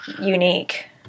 unique